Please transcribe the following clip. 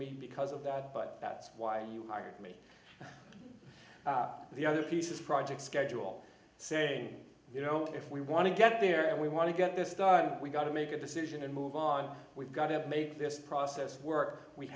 me because of that but that's why you hired me the other piece is project schedule saying you know if we want to get there and we want to get this done we've got to make a decision and move on we've got to make this process work we